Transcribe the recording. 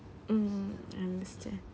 mm understand